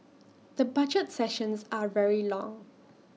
the budget sessions are very long